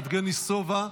יבגני סובה,